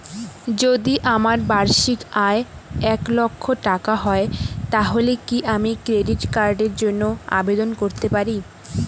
যদি আমার বার্ষিক আয় এক লক্ষ টাকা হয় তাহলে কি আমি ক্রেডিট কার্ডের জন্য আবেদন করতে পারি?